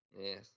yes